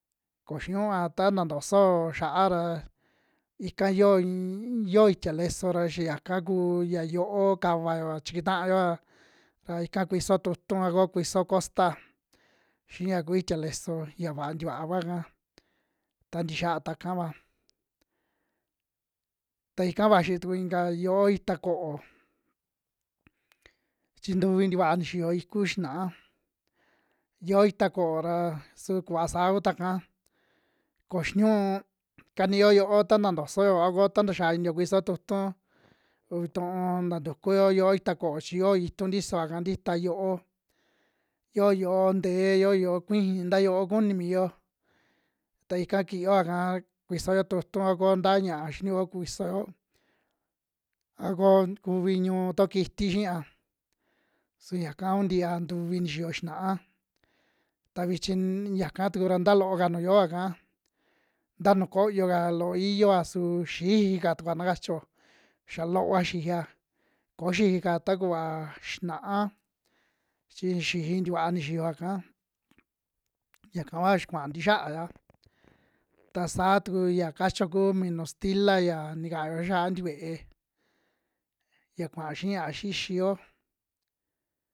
Ko xinua ta ntantoso'o xiaa ra ika yoo iin yo tia leso ra xa yaka kuu ya yo'ó kavaoa chiktaoa raa ika kuiso tu'utu a ko kuiso kosta xiya kuu itia leso ya vaa ntikua kua ika, ta ntixia tuakava. T aika vaxi tuku inka yo'ó ita ko'ó chi ntuvi tikua nixiyo ikuu xinaa yo'ó ita ko'ó ra su kuva saa kuytua'ka, ko xinuun kaniyo yo'ó ta ntantosoyo a ko ta ntaxia iniyo kuisoyo tu'utu uvi tuu nta tukuyo yo'ó ita ko'ó, chi yoo intu ntisoaka ntita yo'ó, yo yo'ó ntee yo yo'ó kuiji, nta yo'ó kuni miyo ta ika kiiyoa'ka kusiyo tu'utu a ko nta ña'a xiniuo kusoyo a ko kuvi ñuutuo kiti xia, su yaka kuu ntia ntuvi nixiyo xinaa, ta vichin yaka tuku ra nta loo'ka nuu iyoa'ka, nta nu koyo'ka loo iyioa su xiji ka tukua na kachio, xia loova xijiya ko xiji'ka takuva xinaa chi xiji ntikua ni xiyoa'ka yaka kua xia kua'a ntixiaya. Ta saa tuku ya kachio kuu minu stila ya niayo xa'a tikuee ya kua xii ña'a xixiyo.